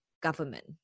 government